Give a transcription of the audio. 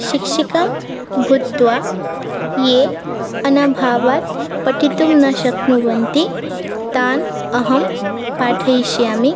शिक्षिका भूत्वा ये अनभावात् पठितुं न शक्नुवन्ति तान् अहं पाठयिष्यामि